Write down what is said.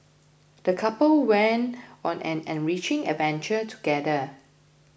the couple went on an enriching adventure together